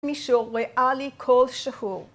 מישור ריאלי כל שבוע.